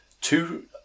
two